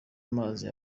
amazi